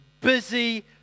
busy